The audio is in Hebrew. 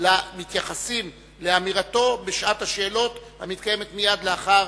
למתייחסים לאמירתו בשעת השאלות המתקיימת מייד לאחר